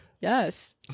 Yes